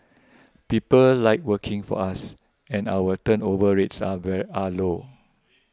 people like working for us and our turnover rates are very are low